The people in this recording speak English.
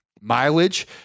mileage